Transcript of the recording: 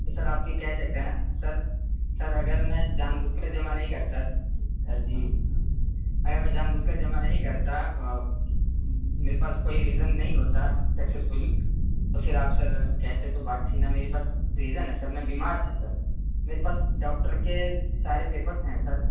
تو سر آپ یہ کہہ سکتے ہیں نا سر سر اگر میں جان بوجھ کر جمع نہیں کرتا جی اگر میں جان بوجھ کر جمع نہیں کرتا میرے پاس کوئی ریزن نہیں ہوتا سکسیزفلی تو پھر آپ سر کہتے تو بات تھی نہ میرے پاس ریزن ہے سر میں بیمار تھا سر میرے پاس ڈاکٹر کے سارے پیپرس ہیں سر